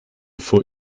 vor